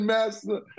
Master